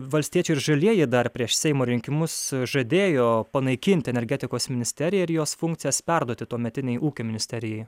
valstiečiai ir žalieji dar prieš seimo rinkimus žadėjo panaikinti energetikos ministeriją ir jos funkcijas perduoti tuometinei ūkio ministerijai